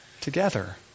together